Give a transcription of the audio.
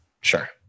Sure